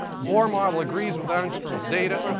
bohr model agrees with angstrom's data,